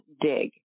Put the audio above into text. dig